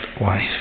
wife